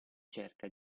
cerca